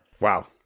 Wow